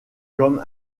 comme